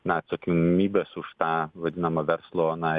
na atsakomybės už tą vadinamą verslo na